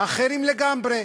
אחרים לגמרי.